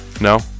No